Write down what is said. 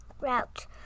route